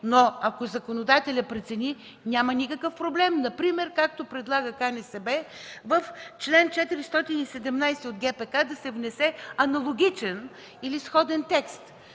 но ако законодателят прецени, няма никакъв проблем. Например, както предлага КНСБ – в чл. 417 от ГПК да се внесе аналогичен или сходен текст,